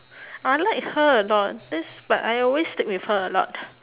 I like her a lot this but I always stick with her a lot